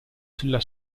sulla